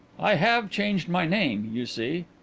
i have changed my name, you see.